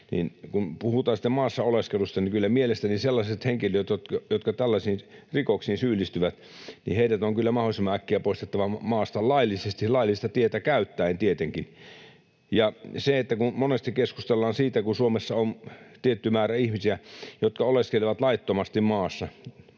kun puhutaan sitten maassa oleskelusta, niin kyllä mielestäni sellaiset henkilöt, jotka tällaisiin rikoksiin syyllistyvät, on mahdollisimman äkkiä poistettava maasta laillisesti, laillista tietä käyttäen tietenkin. Kun monesti keskustellaan siitä, että Suomessa on tietty määrä ihmisiä, jotka oleskelevat laittomasti maassamme,